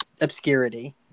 obscurity